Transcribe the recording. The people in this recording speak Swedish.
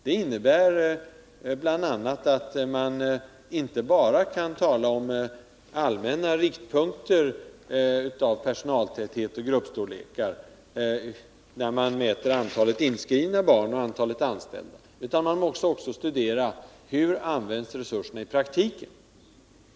Det innebär bl.a. att man inte bara kan tala om allmänna riktlinjer för personaltäthet och gruppstorlekar, där man mäter antalet inskrivna barn och antalet anställda, utan man måste också studera hur resurserna används i praktiken.